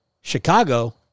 Chicago